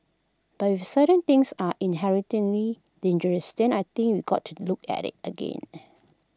but if certain things are inherently dangerous then I think we got to look at IT again